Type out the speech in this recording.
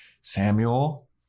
Samuel